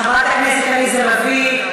חברת הכנסת עליזה לביא,